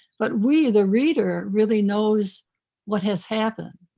but we, the reader, really knows what has happened.